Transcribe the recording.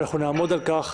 ואנחנו נעמוד על כך.